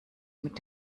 mit